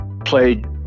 played